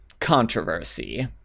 controversy